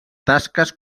tasques